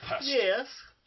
Yes